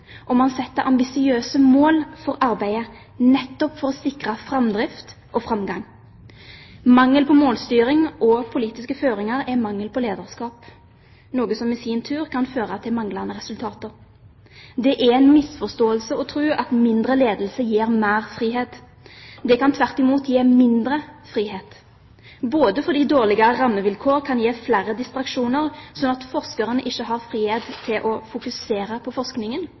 Man setter ambisiøse mål for arbeidet, nettopp for å sikre framdrift og framgang. Mangel på målstyring og politiske føringer er mangel på lederskap, noe som i sin tur kan føre til manglende resultater. Det er en misforståelse å tro at mindre ledelse gir mer frihet. Det kan tvert imot gi mindre frihet – både fordi dårligere rammevilkår kan gi flere distraksjoner, slik at forskeren ikke har frihet til å fokusere på forskningen,